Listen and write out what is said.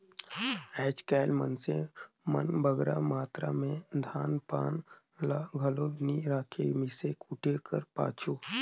आएज काएल मइनसे मन बगरा मातरा में धान पान ल घलो नी राखें मीसे कूटे कर पाछू